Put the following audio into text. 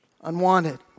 unwanted